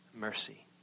mercy